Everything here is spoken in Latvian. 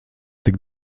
tik